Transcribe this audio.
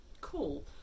cool